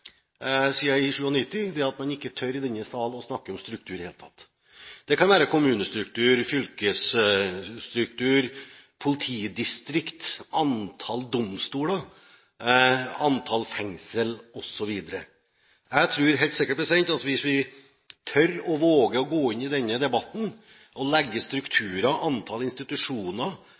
er at man i denne sal ikke tør å snakke om struktur i det hele tatt. Det kan være kommunestruktur, fylkesstruktur, politidistrikter, antall domstoler, antall fengsler osv. Jeg tror helt sikkert at hvis vi våger å gå inn i denne debatten og legge strukturer, antall institusjoner,